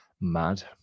Mad